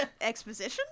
exposition